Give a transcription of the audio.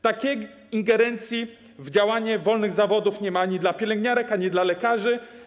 Takiej ingerencji w działanie wolnych zawodów nie ma ani dla pielęgniarek, ani dla lekarzy.